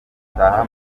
gutaha